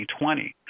2020